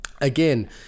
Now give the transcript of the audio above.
again